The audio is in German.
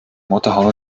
motorhaube